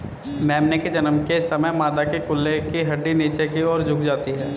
मेमने के जन्म के समय मादा के कूल्हे की हड्डी नीचे की और झुक जाती है